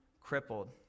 crippled